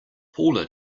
paula